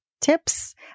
tips